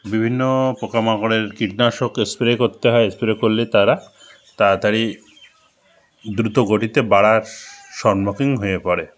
বিভিন্ন পোকা মাকড়ের কীটনাশক স্প্রে করতে হয় স্প্রে করলে তারা তাড়াতাড়ি দ্রুতগতিতে বাড়ার সম্মুখীন হয়ে পড়ে